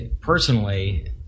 Personally